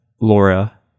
Laura